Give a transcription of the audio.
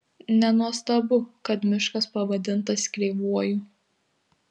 nenuostabu kad miškas pavadintas kreivuoju